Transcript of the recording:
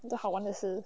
一个好玩的事